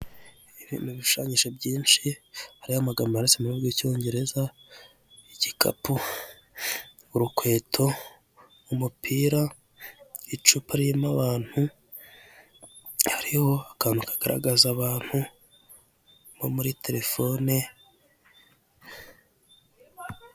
Ibi bintu bishushanyije byinshi, hariho amagambo yanditse mu rurimi rw'icyongereza, igikapu, urukweto, umupira, icupa ririmo abantu hariho akantu kagaragaza abantu nko muri terefone.